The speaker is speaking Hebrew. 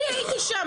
אני הייתי שם,